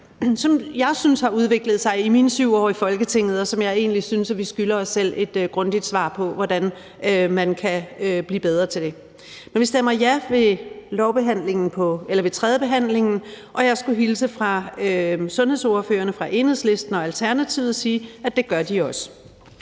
som jeg synes har udviklet sig i mine 7 år i Folketinget, og som jeg egentlig synes at vi skylder os selv et grundigt svar på hvordan man kan blive bedre til at løse. Men vi stemmer ja ved tredjebehandlingen, og jeg skulle hilse fra sundhedsordførerne fra Enhedslisten og Alternativet og sige, at det gør de også.